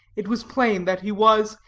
it was plain that he was,